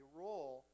role